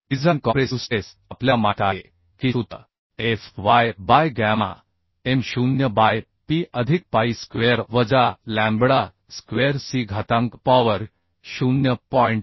design compressive stress आपल्याला माहित आहे की सूत्र Fy by gamma m 0 by Pi अधिक पाई स्क्वेअर वजा लॅम्बडा स्क्वेअर सी घातांक पॉवर 0